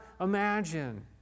imagine